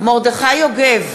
מרדכי יוגב,